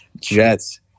jets